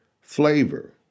flavor